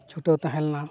ᱯᱷᱩᱴᱟᱹᱣ ᱛᱟᱦᱮᱸ ᱞᱮᱱᱟ